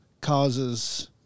causes